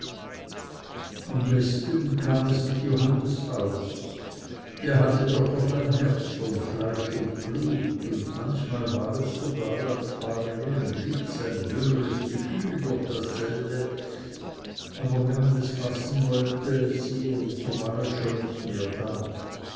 am besten kam es mit johannes aus der hatte doch noch ein herz von fleisch und blut und manchmal war es sogar als fahre wie ein blitz ein höheres gefühl durch dasselbe aber wenn man es fassen wollte siehe so war es schon nicht mehr da